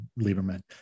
Lieberman